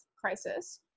crisis